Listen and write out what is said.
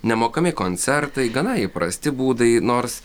nemokami koncertai gana įprasti būdai nors